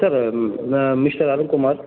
sir ಅದು ನಾ mister Arunkumar